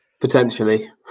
Potentially